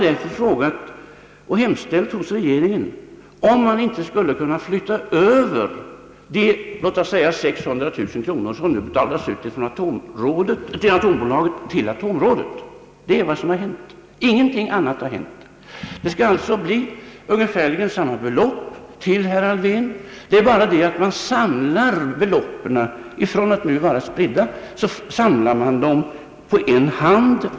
Därför har man hos regeringen frågat om det inte skulle vara möjligt att flytta över de låt oss säga 600 000 kronor som nu betalas ut från atombolaget till atområdet. Det är vad som har hänt. Ingenting annat har hänt. Det skall alltså bli ungefärligen samma belopp till herr Alfvén. Det är bara det att man samlar beloppen — från att nu vara spridda — på en hand.